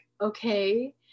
okay